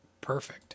Perfect